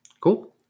cool